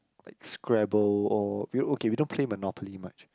like Scrabble or we okay we don't play Monopoly much